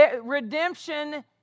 redemption